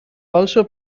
also